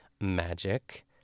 magic